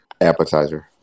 appetizer